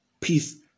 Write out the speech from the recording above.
peace